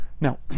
Now